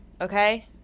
okay